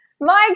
Mike